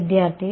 വിദ്യാർത്ഥി